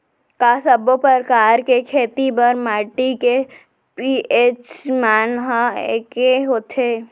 का सब्बो प्रकार के खेती बर माटी के पी.एच मान ह एकै होथे?